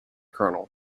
kernel